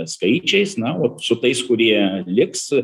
skaičiais na o su tais kurie liks